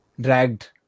dragged